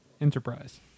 Enterprise